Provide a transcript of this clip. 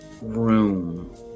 room